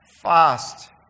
fast